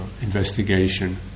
investigation